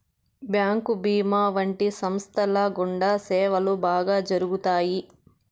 bank భీమా వంటి సంస్థల గుండా సేవలు బాగా జరుగుతాయి